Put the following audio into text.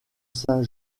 saint